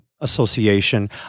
association